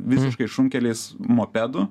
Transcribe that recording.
visiškai šunkeliais mopedu